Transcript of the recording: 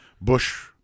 Bush